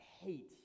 hate